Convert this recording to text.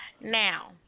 now